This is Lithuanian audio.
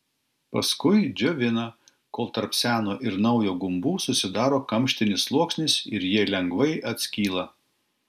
paskui džiovina kol tarp seno ir naujų gumbų susidaro kamštinis sluoksnis ir jie lengvai atskyla